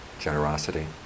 generosity